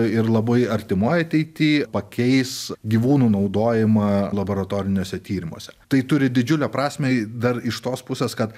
ir labai artimoj ateity pakeis gyvūnų naudojimą laboratoriniuose tyrimuose tai turi didžiulę prasmę i dar iš tos pusės kad